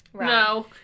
No